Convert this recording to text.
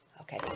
okay